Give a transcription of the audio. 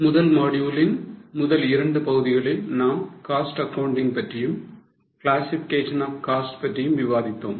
முதல் module லின் முதல் இரண்டு பகுதிகளில் நாம் Cost Accounting பற்றியும் classification of cost பற்றியும் விவாதித்தோம்